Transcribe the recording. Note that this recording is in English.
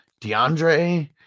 DeAndre